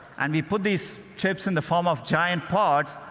and we put these chips in the form of giant pods.